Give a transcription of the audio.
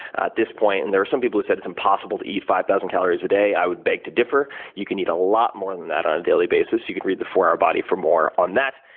at this point. and there are some people who said it's impossible to eat five thousand calories a day. i would beg to differ. you can eat a lot more than that on a daily basis. you can read the four hour body for more on that.